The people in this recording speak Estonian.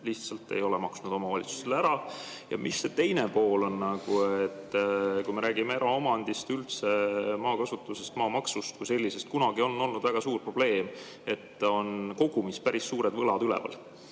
lihtsalt ei ole maksnud omavalitsustele ära? Ja mis see teine pool on? Kui me räägime eraomandist, üldse maakasutusest, maamaksust kui sellisest, siis kunagi on olnud väga suur probleem, et on kogumis päris suured võlad üleval